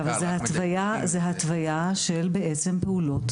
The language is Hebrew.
זוהי התוויה של פעולות